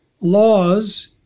laws